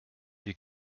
die